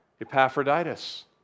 Epaphroditus